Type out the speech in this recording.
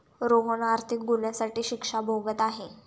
रोहन आर्थिक गुन्ह्यासाठी शिक्षा भोगत आहे